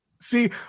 See